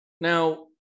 Now